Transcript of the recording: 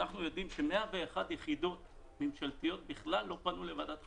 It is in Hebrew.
אנחנו יודעים ש-101 יחידות ממשלתיות בכלל לא פנו לוועדת חריגים.